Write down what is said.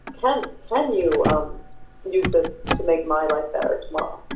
can can you um use this to make my life better tomorrow?